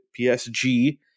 PSG